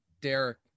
Derek